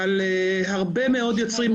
אבל הרבה מאוד יוצרים,